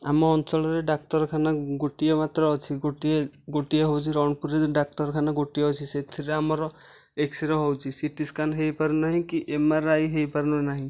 ଆମ ଅଞ୍ଚଳରେ ଡାକ୍ତରଖାନା ଗୋଟିଏ ମାତ୍ର ଅଛି ଗୋଟିଏ ଗୋଟିଏ ହେଉଛି ରଣପୁର ଡାକ୍ତରଖାନା ଗୋଟିଏ ଅଛି ସେଥିରେ ଆମର ଏକ୍ସ ରେ ହେଉଛି ସିଟିସ୍କାନ ହୋଇପାରୁନାହିଁ କି ଏମଆରଆଇ ହୋଇପାରୁନାହିଁ